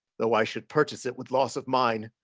though i should purchase it with loss of mine.